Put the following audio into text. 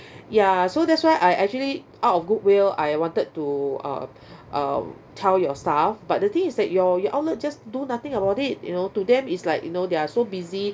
ya so that's why I actually out of goodwill I wanted to uh uh tell your staff but the thing is that your your outlet just do nothing about it you know to them is like you know they are so busy